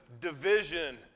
division